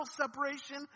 separation